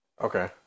Okay